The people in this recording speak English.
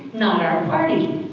not our party.